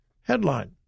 Headline